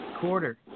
Quarter